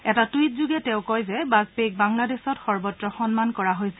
এটা টুইটযোগে তেওঁ কয় যে বাজপেয়ীক বাংলাদেশত সৰ্বত্ৰ সন্মান কৰা হৈছিল